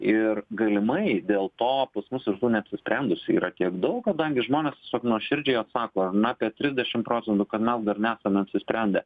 ir galimai dėl to pas mus ir tų neapsisprendusių yra tiek daug kadangi žmonės tiesiog nuoširdžiai atsako na apie trisdešimt procentų kad mes dar nesame apsisprendę